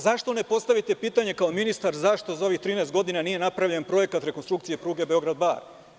Zašto ne postavite pitanje kao ministar, zašto za ovih 13 godina nije napravljen projekat rekonstrukcije pruge Beograd-Bar?